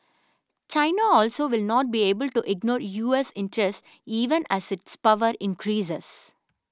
China also will not be able to ignore U S interests even as its power increases